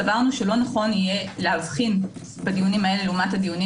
סברנו שלא נכון יהיה להבחין בדיונים האלה לעומת הדיונים